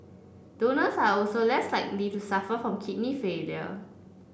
donors are also less likely to suffer from kidney failure